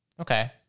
Okay